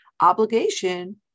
obligation